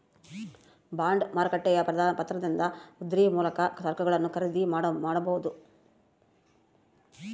bond ಮಾರುಕಟ್ಟೆಯ ಪತ್ರದಿಂದ ಉದ್ರಿ ಮೂಲಕ ಸರಕುಗಳನ್ನು ಖರೀದಿ ಮಾಡಬೊದು